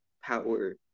power